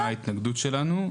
חידדתי מה ההתנגדות שלנו.